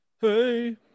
Hey